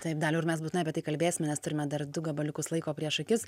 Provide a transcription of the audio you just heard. taip daliau ir mes būtinai apie tai kalbėsime nes turime dar du gabaliukus laiko prieš akis